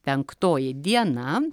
penktoji diena